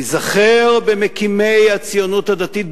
ניזכר במקימי הציונות הדתית,